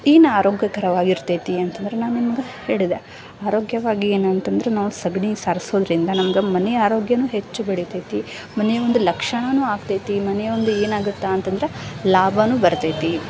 ಏನು ಆರೋಗ್ಯಕರವಾಗಿ ಇರ್ತೈತಿ ಅಂತಂದ್ರೆ ನಾನು ನಿಮ್ಗೆ ಹೇಳಿದೆ ಆರೋಗ್ಯವಾಗಿ ಏನಂತಂದ್ರೆ ನಾವು ಸಗಣಿ ಸಾರ್ಸೋದರಿಂದ ನಮಗೆ ಮನೆಯ ಆರೋಗ್ಯನು ಹೆಚ್ಚು ಬೆಳಿತೈತಿ ಮನೆಯ ಒಂದು ಲಕ್ಷಣನು ಆಗ್ತೈತಿ ಮನೆಯ ಒಂದು ಏನಾಗುತ್ತಾ ಅಂತಂದ್ರೆ ಲಾಭನು ಬರ್ತೈತಿ